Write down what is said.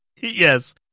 Yes